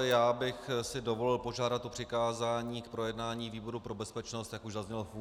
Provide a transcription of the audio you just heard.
Já bych si dovolil požádat o přikázání k projednání výboru pro bezpečnost, jak už zaznělo v